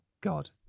god